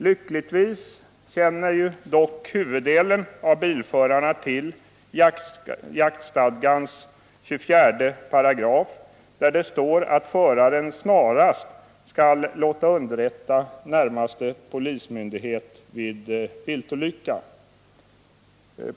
Lyckligtvis känner dock huvuddelen av bilförarna till jaktstadgans 24 §, där det står att föraren snarast skall låta underrätta närmaste polismyndighet vid viltolycka.